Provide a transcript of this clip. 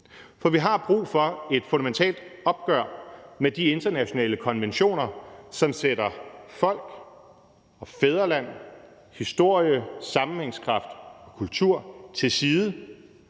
For vi har brug for et fundamentalt opgør med de internationale konventioner, som sætter folk, fædreland, historie, sammenhængskraft og kultur til side,